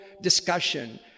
discussion